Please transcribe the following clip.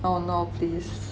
oh northeast